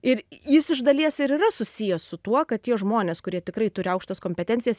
ir jis iš dalies ir yra susijęs su tuo kad tie žmonės kurie tikrai turi aukštas kompetencijas